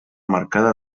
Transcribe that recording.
marcada